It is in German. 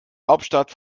hauptstadt